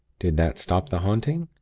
did that stop the haunting?